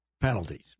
penalties